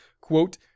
quote